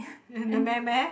and the meh meh